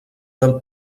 del